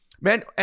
Man